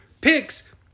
picks